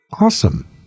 Awesome